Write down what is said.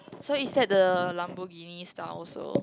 so is that the Lamborghini style so